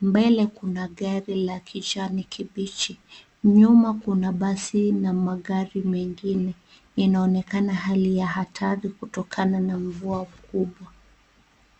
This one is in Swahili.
Mbele kuna gari la kijani kibichi. Nyuma kuna basi na magari mengine. Inaonekana hali ya hatari kutokana na mvua kubwa.